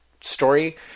story